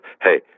Hey